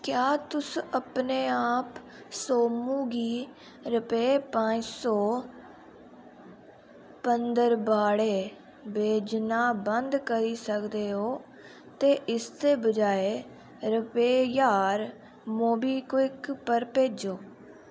क्या तुस अपने आप सोमू गी रपेऽ पंज सौ पंदरबाड़े भेजना बंद करी सकदे ओ ते इसदे बजाए रपेऽ ज्हार मोबीक्विक पर भेजो